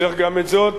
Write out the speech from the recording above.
צריך גם את זאת